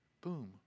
boom